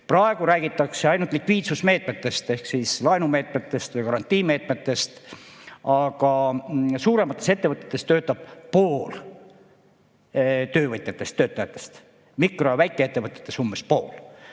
Praegu räägitakse ainult likviidsusmeetmetest ehk siis laenumeetmetest või garantiimeetmetest, aga suuremates ettevõtetes töötab pool töövõtjatest, töötajatest, mikro‑ ja väikeettevõtetes umbes pool.